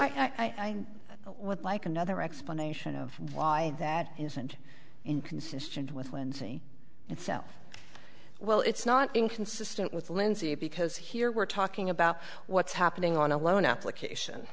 so i would like another explanation of why that isn't inconsistent with lindsay itself well it's not inconsistent with lindsay because here we're talking about what's happening on a loan application